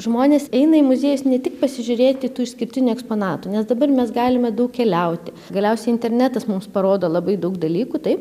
žmonės eina į muziejus ne tik pasižiūrėti tų išskirtinių eksponatų nes dabar mes galime daug keliauti galiausiai internetas mums parodo labai daug dalykų tai